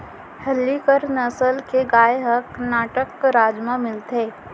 हल्लीकर नसल के गाय ह करनाटक राज म मिलथे